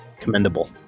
commendable